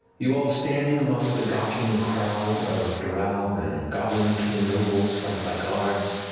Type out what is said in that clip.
you all standing among the gawking crowd of drow and goblin-kin nobles flanked by guards,